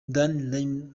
dan